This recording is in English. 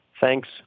Thanks